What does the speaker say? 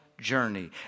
Journey